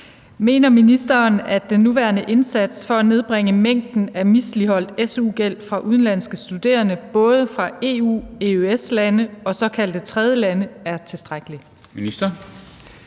Mener ministeren, at den nuværende indsats for at nedbringe mængden af misligholdt su-gæld fra udenlandske studerende fra både EU-, EØS-lande og såkaldte tredjelande er tilstrækkelig? Formanden